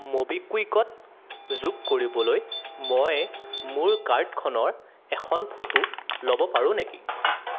ম'বিকুইকত যোগ কৰিবলৈ মই মোৰ কাৰ্ডখনৰ এখন ফটো ল'ব পাৰোঁ নেকি